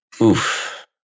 Oof